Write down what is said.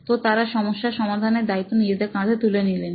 তো তারা সমস্যার সমাধানের দায়িত্ব নিজেদের কাঁধে তুলে নিলেন